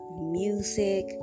music